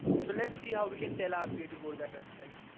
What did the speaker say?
so let's see how we can tell rpa to go to that website.